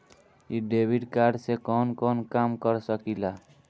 इ debit card से कवन कवन काम कर सकिला?